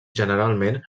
generalment